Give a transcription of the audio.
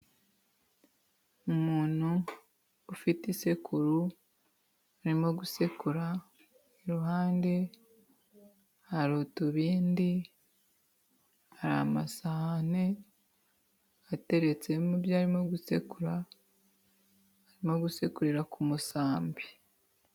Umuntu ufite isekuru arimo gusekura, iruhande hari utubindi, hari amasahane ateretsemo ibyo arimo gusekura arimo gusekurira ku musambi.